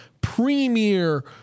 premier